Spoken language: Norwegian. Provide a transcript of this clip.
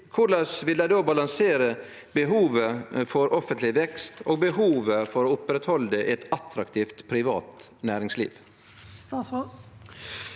korleis vil dei då balansere behovet for offentleg vekst og behovet for å oppretthalde eit attraktivt privat næringsliv?